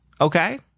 Okay